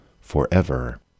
Forever